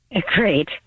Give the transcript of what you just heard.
Great